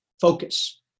focus